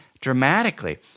dramatically